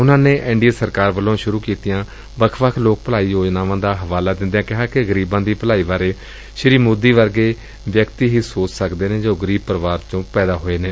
ਉਨੂਾਂ ਨੇ N D A ਸਰਕਾਰ ਵੱਲੋਂ ਸੁਰੁ ਕੀਤੀਆਂ ਵੱਖ ਵੱਖ ਲੋਕ ਭਲਾਈ ਯੋਜਨਾ ਦਾ ਹਵਾਲਾ ਦਿੰਦਿਆਂ ਕਿਹਾ ਕਿ ਗਰੀਬਾਂ ਦੀ ਭਲਾਈ ਬਾਰੇ ਸ੍ਸੀ ਮੋਦੀ ਵਰਗਾ ਵਿਅਕਤੀ ਹੀ ਸੋਚ ਸਕਦੈ ਜੋ ਗਰੀਬ ਪਰਿਵਾਰ ਚ ਪੈਦਾ ਹੋਇਐ